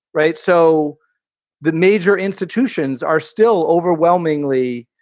right. so the major institutions are still overwhelmingly,